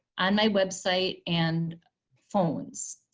on my website and phones.